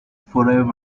forever